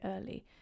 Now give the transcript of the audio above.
early